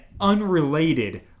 unrelated